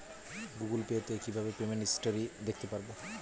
Google Pay তে কিভাবে payment history দেখতে পারবো?